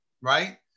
right